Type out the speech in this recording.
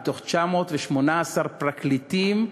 מתוך 918 פרקליטים,